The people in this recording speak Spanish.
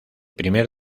primer